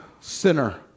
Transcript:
sinner